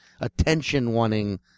attention-wanting